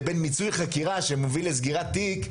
לבין מיצוי חקירה שמוביל לסגירת תיק,